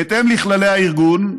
בהתאם לכללי הארגון,